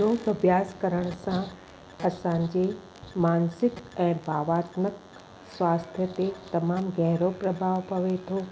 योग अभ्यास करण सां असांजे मानसिक ऐं भावात्मक स्वास्थय ते तमामु गहरो प्रभाव पए थो